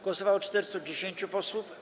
Głosowało 410 posłów.